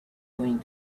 going